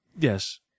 Yes